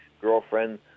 girlfriend